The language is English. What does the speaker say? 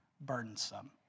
burdensome